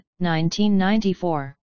1994